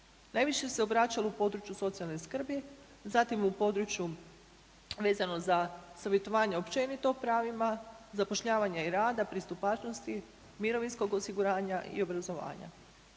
Najviše se obraćalo u području socijalne skrbi, zatim u području vezano za savjetovanje općenito o pravima zapošljavanja i rada, pristupačnosti mirovinskog osiguranja i obrazovanja.